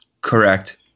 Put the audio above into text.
Correct